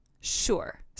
sure